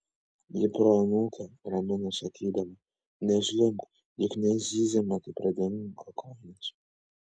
ji proanūkę ramino sakydama nežliumbk juk nezyzėme kai pradingo kojinės